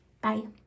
Bye